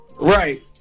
Right